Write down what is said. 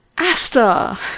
Asta